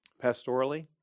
Pastorally